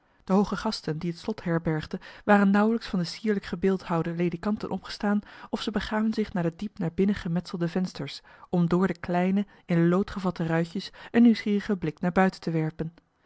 de hooge gasten die het slot herbergde waren nauwelijks van de sierlijk gebeeldhouwde ledikanten opgestaan of zij begaven zich naar de diep naar binnen gemetselde vensters om door de kleine in lood gevatte ruitjes een nieuwsgierigen blik naar buiten te werpen